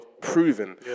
proven